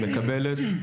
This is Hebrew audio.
מקבלת,